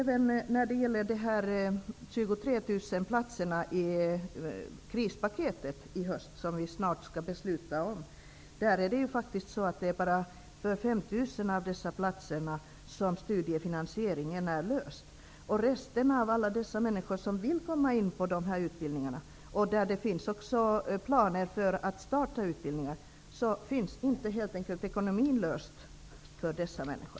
23 000 studieplatser ingår i det krispaket som vi snart skall fatta beslut om, men studiefinansieringen är löst för bara 5 000. För resten är ekonomin helt enkelt inte löst. Många vill komma in på dessa utbildningar, och det finns också planer på att starta utbildningar.